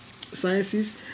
sciences